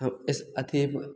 ओ एहि अथियेपर